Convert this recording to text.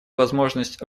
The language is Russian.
возможность